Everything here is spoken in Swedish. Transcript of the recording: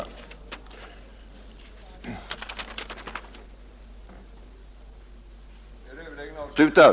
Jag ber att få yrka bifall till utskottets hemställan.